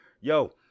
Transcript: Yo